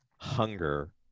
hunger